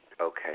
Okay